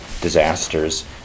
disasters